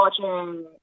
watching